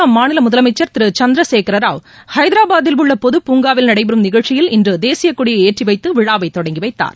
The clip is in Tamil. அம்மாநில முதலமைச்சர் திரு சந்திரசேகர் ராவ் ஹைதராபாதில் உள்ள பொது பூங்காவில் நடைபெறும் நிகழ்ச்சியில் இன்று தேசியக்கொடியை ஏற்றிவைத்து விழாவை தொடங்கி வைத்தார்